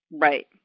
Right